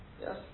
Yes